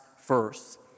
first